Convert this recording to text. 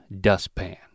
dustpan